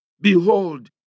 Behold